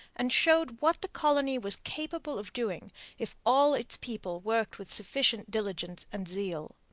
and showed what the colony was capable of doing if all its people worked with sufficient diligence and zeal.